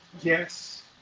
yes